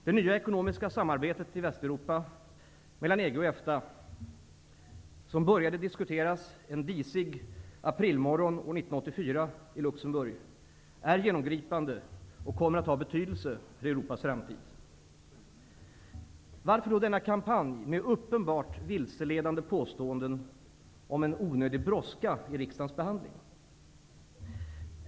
Det nya ekonomiska samarbetet i Västeuropa mellan EG och EFTA, som började diskuteras en disig aprilmorgon år 1984 i Luxemburg, är genomgripande och kommer att ha betydelse för Varför då denna kampanj, med uppenbart vilseledande påståenden om en onödig brådska i riksdagens behandling?